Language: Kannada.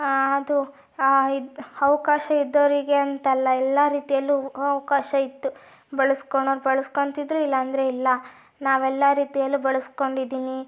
ಅದು ಇದು ಅವಕಾಶ ಇದ್ದೋರಿಗೆ ಅಂತಲ್ಲ ಎಲ್ಲ ರೀತಿಯಲ್ಲೂ ಅವಕಾಶ ಇತ್ತು ಬಳಸ್ಕೊಳೋರ್ ಬಳಸ್ಕೋತಿದ್ರು ಇಲ್ಲ ಅಂದರೆ ಇಲ್ಲ ನಾವು ಎಲ್ಲ ರೀತಿಯಲ್ಲೂ ಬಳಸ್ಕೊಂಡಿದಿನಿ